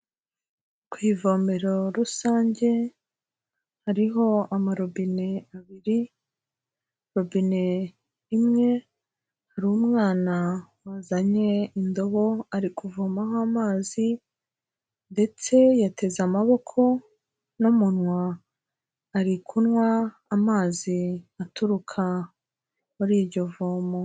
Ku ivomero rusange, hariho amarobine abiri, robine imwe hari umwana wazanye indobo ari kuvomaho amazi ndetse yateze amaboko n'umunwa, ari kunywa amazi aturuka muri iryo vomo.